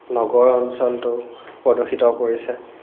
নগৰ অঞ্চলটো প্ৰদূষিত কৰিছে